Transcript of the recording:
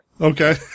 Okay